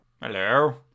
Hello